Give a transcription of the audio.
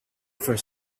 for